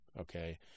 Okay